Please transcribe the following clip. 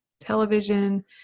television